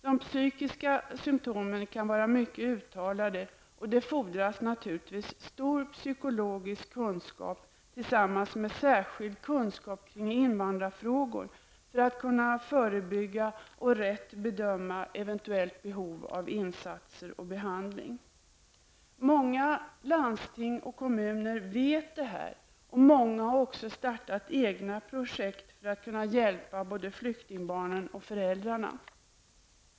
De psykiska symptomen kan vara mycket uttalade och det fordras naturligtvis stor psykologisk kunskap, tillsammans med särskild kunskap kring invandrarfrågor för att kunna förebygga och rätt bedöma eventuellt behov av insatser och behandling. Många landsting och kommuner vet det här, och många har också startat egna projekt för att kunna hjälpa både flyktingbarnen och föräldrarna.